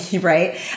Right